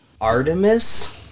Artemis